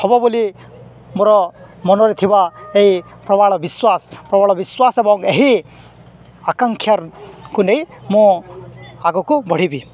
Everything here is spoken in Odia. ହବ ବୋଲି ମୋର ମନରେ ଥିବା ଏହି ପ୍ରବଳ ବିଶ୍ୱାସ ପ୍ରବଳ ବିଶ୍ୱାସ ଏବଂ ଏହି ଆକାଂକ୍ଷାକୁ ନେଇ ମୁଁ ଆଗକୁ ବଢ଼ିବି